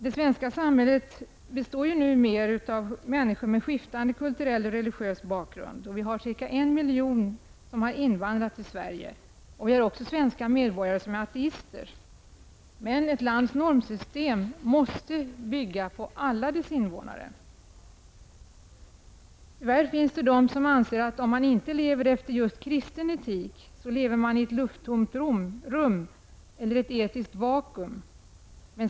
Det svenska samhället består numera av människor med skiftande kulturell och religiös bakgrund. Det har kommit ca 1 miljon invandrare till Sverige. En del svenska medborgare är ateister. Ett lands normsystem måste bygga på alla dess invånare. Tyvärr finns det de som anser att om man inte lever efter just kristen etik, lever man i ett lufttomt rum, ett etiskt vakuum.